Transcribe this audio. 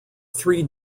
three